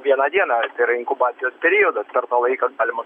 vieną dieną tai yra inkubacijos periodas per tą laiką galima